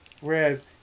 Whereas